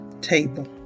table